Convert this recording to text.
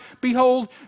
Behold